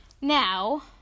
Now